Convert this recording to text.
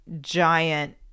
giant